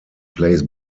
plays